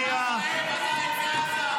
לא עושים פה מיצגים כאלה, או שתורידו את זה.